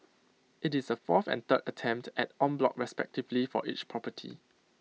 IT is the fourth and third attempt at en bloc western stiffly for each property